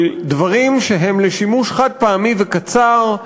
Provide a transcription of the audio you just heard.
של דברים שהם לשימוש חד-פעמי וקצר,